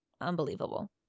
Unbelievable